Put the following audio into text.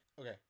okay